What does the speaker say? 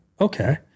Okay